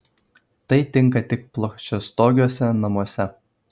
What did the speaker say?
tai tinka tik plokščiastogiuose namuose